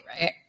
right